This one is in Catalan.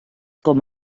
com